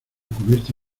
cubierta